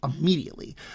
immediately